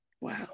Wow